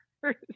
first